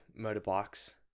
motorbikes